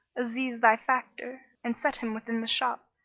aziz thy factor and set him within the shop,